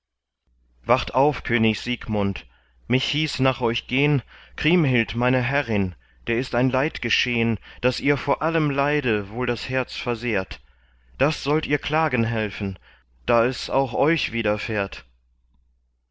wacht auf könig siegmund mich hieß nach euch gehn kriemhild meine herrin der ist ein leid geschehn das ihr vor allem leide wohl das herz versehrt das sollt ihr klagen helfen da es auch euch widerfährt